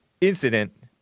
incident